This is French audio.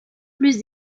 plus